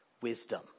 wisdom